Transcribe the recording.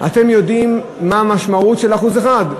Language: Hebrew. אתם יודעים מה המשמעות של 1%?